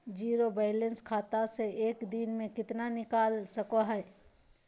Zero balance खाता से एक दिन में कितना निकाल सको है?